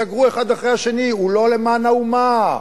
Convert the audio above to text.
סגרו, האחד אחרי השני, הוא לא למען האומה.